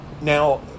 Now